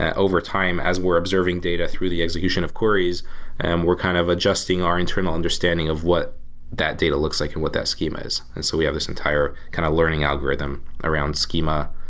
ah over time, as we're observing data through the execution of queries and we're kind of adjusting our internal understanding of what that data looks like and what that schema is. and so we have this entire kind of learning algorithm around schema.